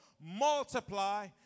multiply